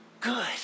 good